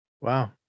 Wow